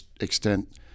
extent